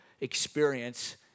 experience